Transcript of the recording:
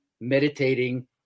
meditating